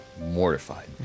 mortified